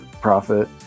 profit